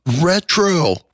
retro